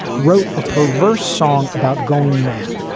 wrote a perverse song about going mad,